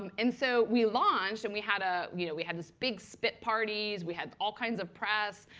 um and so we launched. and we had ah you know we had this big spit parties. we had all kinds of press.